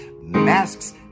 masks